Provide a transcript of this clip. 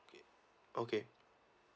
okay